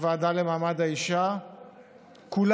הוועדה למעמד האישה כולם,